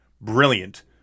brilliant